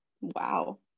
Wow